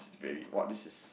it's very what this is